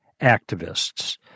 activists